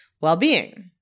well-being